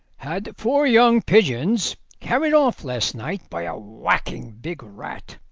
had four young pigeons carried off last night by a whacking big rat.